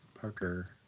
Parker